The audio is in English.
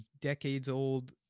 decades-old